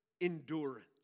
endurance